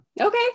Okay